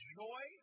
joy